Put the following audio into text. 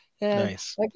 Nice